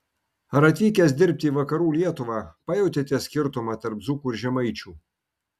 ar atvykęs dirbti į vakarų lietuvą pajautėte skirtumą tarp dzūkų ir žemaičių